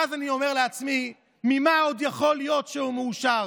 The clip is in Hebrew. ואז אני אומר לעצמי: ממה עוד יכול להיות שהוא מאושר,